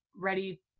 ready